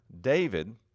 David